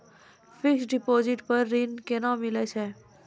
Fixed deposit पर ऋण केना मिलै छै?